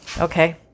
Okay